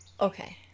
Okay